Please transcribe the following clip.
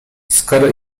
skoro